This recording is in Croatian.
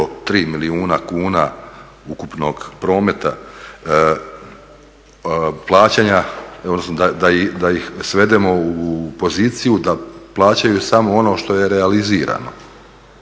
3 milijuna kuna ukupnog prometa, plaćanja, odnosno da ih svedemo u poziciju da plaćaju samo ono što je realizirano.